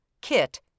KIT